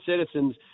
citizens